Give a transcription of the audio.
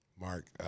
Mark